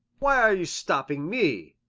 why are you stopping me?